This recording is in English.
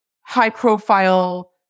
high-profile